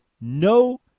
no